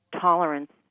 tolerance